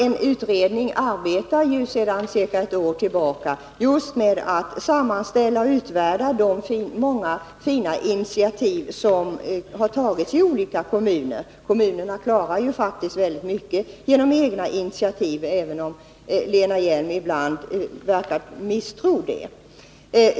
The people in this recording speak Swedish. En utredning arbetar sedan ca ett år tillbaka just med att sammanställa och utvärdera de många fina initiativ som har tagits i olika kommuner. Kommunerna klarar ju faktiskt väldigt mycket genom egna initiativ, även om Lena Hjelm-Wallén ibland tycks misstro det.